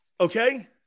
Okay